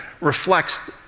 reflects